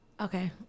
Okay